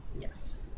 Yes